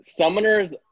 summoners